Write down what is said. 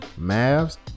Mavs